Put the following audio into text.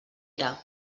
era